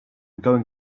going